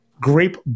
grape